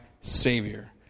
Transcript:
Savior